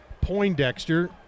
Poindexter